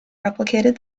replicated